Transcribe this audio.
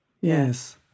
yes